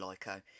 Lyco